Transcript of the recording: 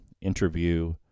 interview